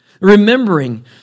remembering